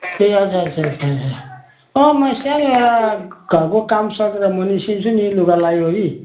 ए अच्छा अच्छा अच्छा अँ म सानो एउटा घरको काम सकेर म निस्किन्छु नि लुगा लाइवरी